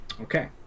Okay